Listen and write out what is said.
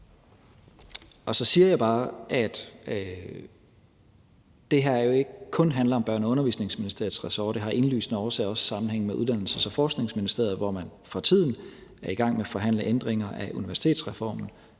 Og så siger jeg bare, at det her jo ikke kun handler om Børne- og Undervisningsministeriets ressort; det har af indlysende også sammenhæng med Uddannelses- og Forskningsministeriet, hvor man for tiden er i gang med at forhandle ændringer af universitetetsreformen.